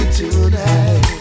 tonight